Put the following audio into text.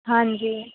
ਹਾਂਜੀ